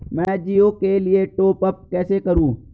मैं जिओ के लिए टॉप अप कैसे करूँ?